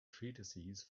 treatises